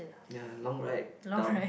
ya long ride down